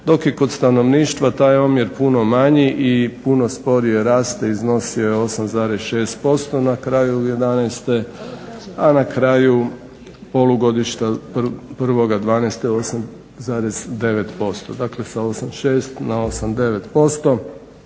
dok je kod stanovništva taj omjer puno manji i puno sporije raste, iznosio je 8,6% na kraju 2011. a na kraju polugodišta prvoga 2012. 8,9%, dakle sa 8,6 na 8,9%